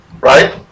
right